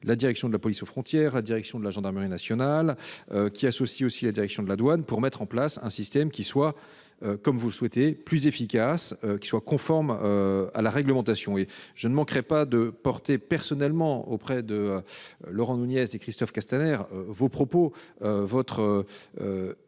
la direction centrale de la police aux frontières et la direction de la gendarmerie nationale, réflexion qui associera aussi la direction de la douane, afin de mettre en place un système qui soit, comme vous le souhaitez, plus efficace et conforme à la réglementation. Je ne manquerai pas de porter personnellement auprès de Laurent Nunez et de Christophe Castaner votre message